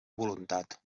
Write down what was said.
voluntat